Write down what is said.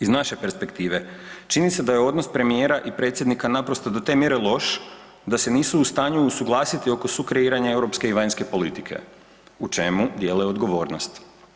Iz naše perspektive čini se da je odnos premijera i predsjednika naprosto do te mjere loš da se nisu u stanju usuglasiti oko sukreiranja europske i vanjske politike u čemu dijele odgovornost.